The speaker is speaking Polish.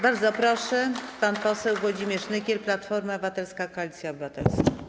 Bardzo proszę, pan poseł Włodzimierz Nykiel, Platforma Obywatelska - Koalicja Obywatelska.